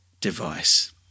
device